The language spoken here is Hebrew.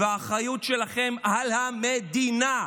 והאחריות שלכם על המדינה.